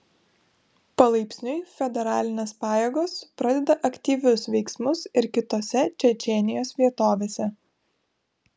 palaipsniui federalinės pajėgos pradeda aktyvius veiksmus ir kitose čečėnijos vietovėse